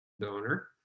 donor